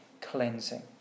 cleansing